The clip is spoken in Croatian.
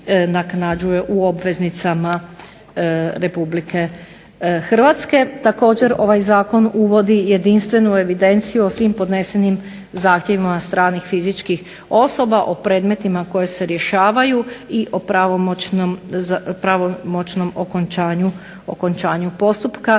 u obveznicama RH. Također, ovaj zakon uvodi jedinstvenu evidenciju o svim podnesenim zahtjevima stranih fizičkih osoba o predmetima koji se rješavaju i o pravomoćnom okončanju postupka